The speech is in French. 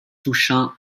touchant